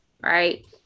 right